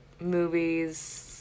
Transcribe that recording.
movies